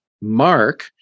Mark